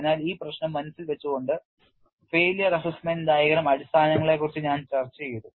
അതിനാൽ ഈ പ്രശ്നം മനസ്സിൽ വെച്ചുകൊണ്ട് പരാജയ വിലയിരുത്തൽ രേഖാചിത്രത്തിന്റെ അടിസ്ഥാനങ്ങളെക്കുറിച്ച് ഞാൻ ചർച്ചചെയ്തു